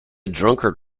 drunkard